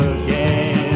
again